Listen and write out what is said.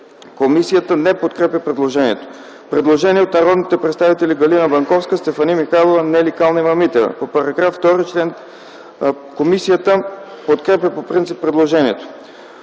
Комисията не подкрепя предложението. Предложение от народните представители Галина Банковска, Стефани Михайлова и Нели Калнева-Митева. Комисията подкрепя по принцип предложението.